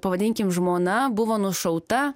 pavadinkim žmona buvo nušauta